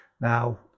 now